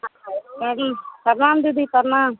प्रणाम दीदी प्रणाम